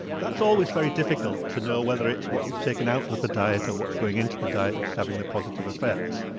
that's always very difficult to know whether it's what you've taken out of the diet or what's going into the diet which is having the positive effects.